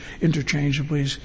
interchangeably